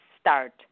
start